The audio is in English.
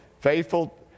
Faithful